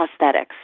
prosthetics